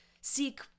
seek